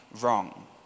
wrong